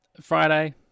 Friday